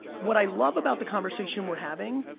what i love about the conversation we're having,